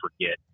forget